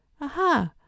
Aha